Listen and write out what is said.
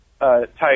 type